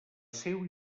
seua